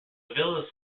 villa